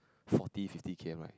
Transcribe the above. forty fifty K_M right